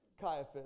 Caiaphas